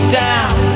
down